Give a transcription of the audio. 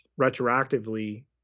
Retroactively